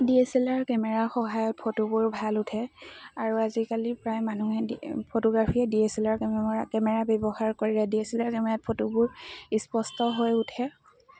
D S L R camera সহায়ত ফটোবোৰ ভাল উঠে আৰু আজিকালি প্ৰায় মানুহে ফটোগ্ৰাফীয়েে D S L R camera camera ব্যৱহাৰ কৰে ডি এছ এল আৰ কেমেৰাত ফটোবোৰ স্পষ্ট হৈ উঠে